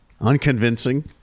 Unconvincing